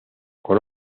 con